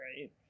right